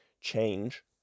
change